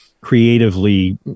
creatively